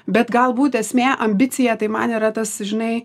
bet galbūt esmė ambicija tai man yra tas žinai